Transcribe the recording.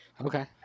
Okay